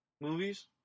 movies